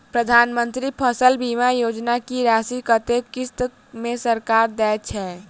प्रधानमंत्री फसल बीमा योजना की राशि कत्ते किस्त मे सरकार देय छै?